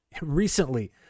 recently